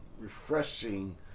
refreshing